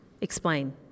explain